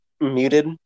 muted